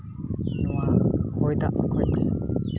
ᱱᱚᱣᱟ ᱦᱚᱭ ᱫᱟᱜ